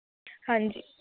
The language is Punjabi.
ਹਾਂਜੀ